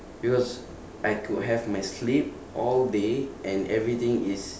because I could have my sleep all day and everything is